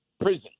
prison